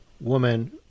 woman